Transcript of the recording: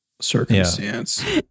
circumstance